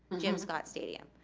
jim scott stadium.